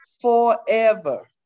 forever